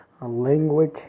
language